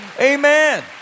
Amen